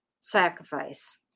sacrifice